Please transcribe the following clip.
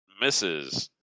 misses